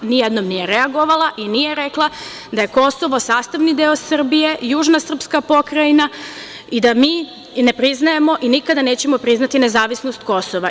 Nijednom nije reagovala i nije rekla da je Kosovo sastavni deo Srbije, južna srpska pokrajina i da mi ne priznajemo i nikada nećemo priznati nezavisnost Kosova.